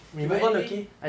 okay but anyway